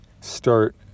start